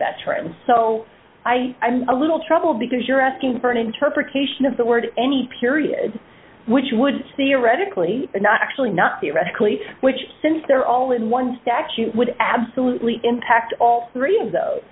best for him so i i'm a little troubled because you're asking for an interpretation of the word any period which would theoretically not actually not theoretically which since they're all in one statute would absolutely impact all three of those